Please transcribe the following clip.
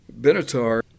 Benatar